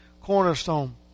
cornerstone